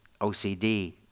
OCD